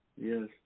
Yes